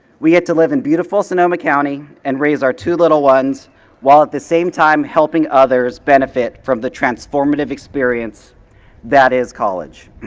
we had to live in beautiful sonoma county and raise our two little ones while at the same time helping others benefit from the transformative experience that is college.